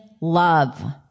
love